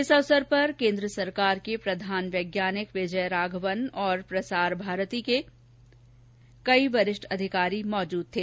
इस अवसर पर केन्द्र सरकार के प्रधान वैज्ञानिक सलाहकार विजय राघवन और प्रसार भारती के कई वरिष्ठ अधिकारी उपस्थित थे